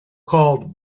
called